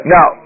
Now